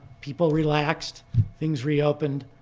people relaxed things reopened.